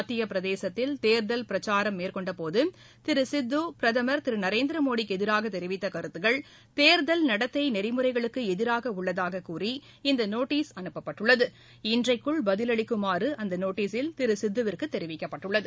மத்திய பிரதேசத்தில் தேர்தல் பிரச்சாரம் மேற்கொண்ட போது திரு சித்து பிரதமர் திருநரேந்திரமோடிக்கு எதிராக தெரிவித்த கருத்துக்கள் தேர்தல் நடத்தை நெறிமுறைகளுக்கு எதிராக உள்ளதாகக் கூறி இந்த நோட்டீஸ் அனுப்பப்பட்டுள்ளது இன்றைக்குள் பதிலளிக்குமாறு அந்த நோட்டீஸில் திரு சித்துவிற்கு தெரிவிக்கப்பட்டுள்ளது